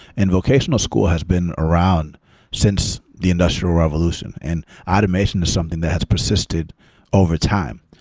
and vocation school has been around since the industrial revolution, and automation is something that has persisted overtime.